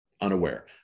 unaware